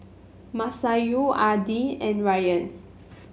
Masayu Adi and Ryan